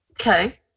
Okay